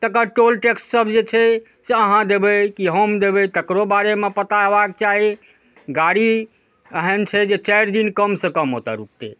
तकर toll tax सब जे छै से अहाँ देबै कि हम देबै तकरो बारेमे पता हेबाक चाही गाड़ी एहन छै जे चारि दिन कमसँ कम ओतऽ रुकतै